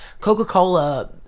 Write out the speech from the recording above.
Coca-Cola